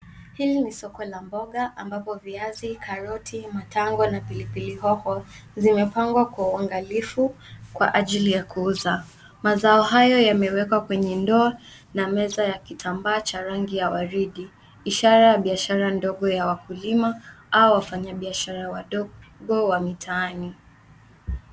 Hili ni soko la mboga ambapo viazi, karoti, matango na pilipili hoho zimepangwa kwa uangalifu kwa ajili ya kuuza. Mazao hayo yamewekwa kwenye ndoo na meza ya kitambaa cha rangi ya waridi, ishara ya biashara ndogo ya wakulima au wafanya biashara ya wadogo wa mitaani.